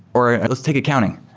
or let's take accounting,